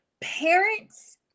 parents